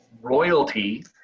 royalty